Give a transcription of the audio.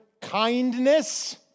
kindness